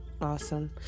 Awesome